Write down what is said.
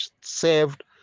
saved